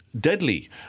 deadly